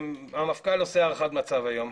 המפכ"ל עושה הערכת מצב היום.